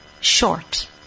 short